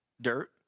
dirt